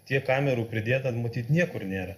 tiek kamerų pridėta matyt niekur nėra